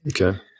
Okay